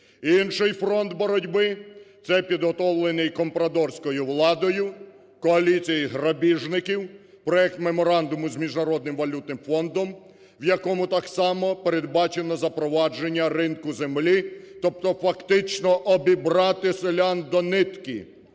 Інший фронт боротьби – це підготовлений компрадорською владою, коаліцією грабіжників проект Меморандуму з Міжнародним валютним фондом, в якому так само передбачено запровадження ринку землі, тобто фактично обібрати селян до нитки.